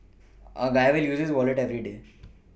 a guy will use his Wallet everyday